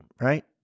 right